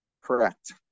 Correct